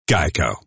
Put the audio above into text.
Geico